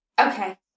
Okay